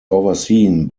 overseen